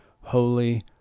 holy